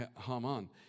Haman